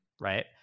Right